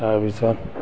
তাৰপিছত